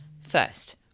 First